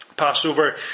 Passover